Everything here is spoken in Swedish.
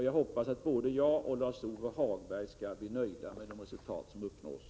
Jag hoppas att både jag och Lars-Ove Hagberg skall bli nöjda med de resultat som uppnås.